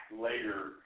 later